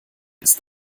ist